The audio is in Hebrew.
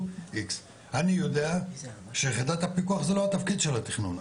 X. אני יודע שיחידת הפיקוח זה לא התפקיד שלה תכנון,